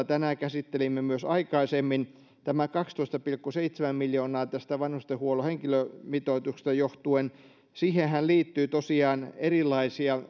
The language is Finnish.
tänään käsittelimme myös aikaisemmin tämä kaksitoista pilkku seitsemän miljoonaa tästä vanhustenhuollon henkilömitoituksesta johtuen siihenhän liittyy tosiaan erilaisia